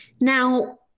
Now